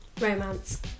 Romance